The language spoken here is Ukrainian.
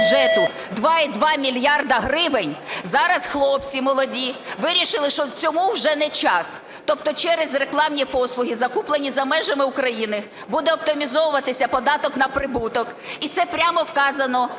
2,2 мільярда гривень, зараз хлопці молоді вирішили, що цьому вже не час. Тобто через рекламні послуги, закуплені за межами України, буде оптимізовуватися податок на прибуток, і це прямо вказано